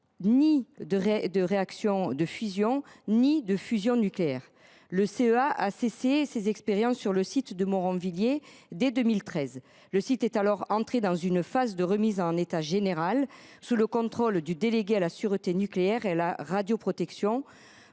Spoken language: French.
de réactions de fission ou de fusion nucléaire. Le CEA a cessé ses expériences sur le site de Moronvilliers dès 2013. Le site est alors entré dans une phase de remise en état général, sous le contrôle du délégué à la sûreté nucléaire et à la radioprotection